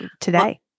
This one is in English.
today